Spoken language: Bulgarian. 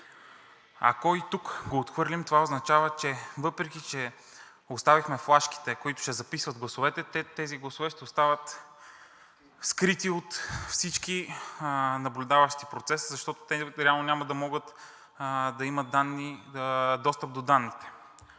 Ако и тук го отхвърлим, това означава, въпреки че оставихме флашките, които ще записват гласовете, тези гласове ще остават скрити от всички наблюдаващи процеса, защото те реално няма да имат достъп до данните.